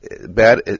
bad